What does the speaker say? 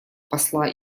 посла